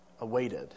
awaited